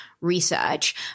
research